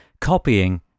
copying